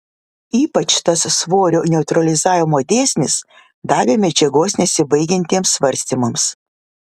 ypač tas svorio neutralizavimo dėsnis davė medžiagos nesibaigiantiems svarstymams